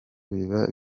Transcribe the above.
biba